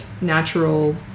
natural